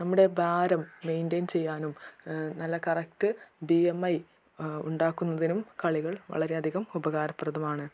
നമ്മുടെ ഭാരം മെയിൻറ്റയ്ൻ ചെയ്യാനും നല്ല കറക്റ്റ് ബി എം ഐ ഉണ്ടാക്കുന്നതിനും കളികൾ വളരെ അധികം ഉപകാരപ്രദമാണ്